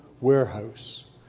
warehouse